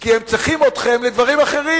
כי הם צריכים אתכם לדברים אחרים.